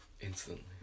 instantly